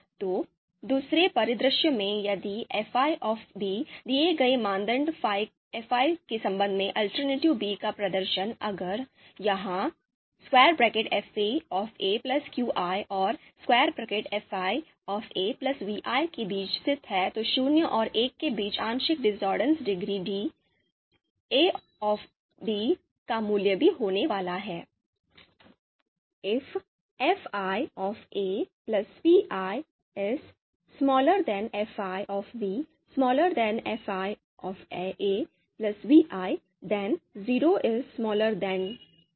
तो दूसरे परिदृश्य में अगर fi दिए गए मानदंड फाई के संबंध में alternative बी का प्रदर्शन अगर यह fi qi औरfi viके बीच स्थित है तो शून्य और एक के बीच आंशिक discordance डिग्री डिab का मूल्य भी होने वाला है